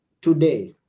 Today